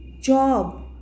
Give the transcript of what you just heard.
job